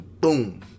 boom